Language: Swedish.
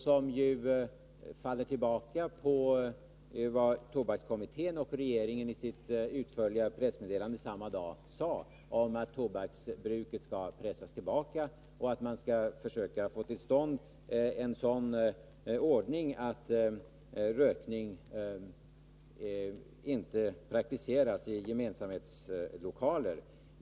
Det grundade sig på vad tobakskommittén och regeringen i sitt utförliga pressmeddelande samma dag sade om att tobaksbruket skall pressas tillbaka och att man skall försöka få till stånd en sådan ordning att rökning inte praktiseras i gemensamhetslokaler.